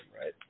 right